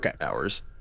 hours